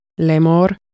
lemor